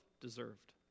deserved